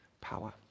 power